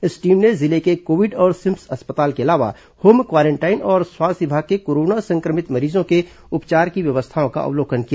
इस टीम ने जिले के कोविड और सिम्स अस्पताल के अलावा होम क्वारेंटाइन और स्वास्थ्य विभाग के कोरोना सं क्र मित मरीजों के उपचार की व्यवस्थाओं का अवलोकन किया